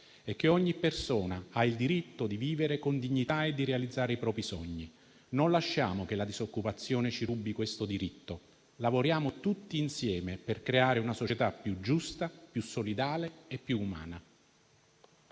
e che ogni persona ha il diritto di vivere con dignità e di realizzare i propri sogni. Non lasciamo che la disoccupazione ci rubi questo diritto. Lavoriamo tutti insieme per creare una società più giusta, solidale e umana.